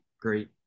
Great